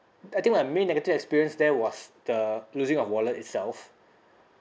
I think my main negative experience there was the losing of wallet itself